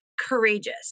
courageous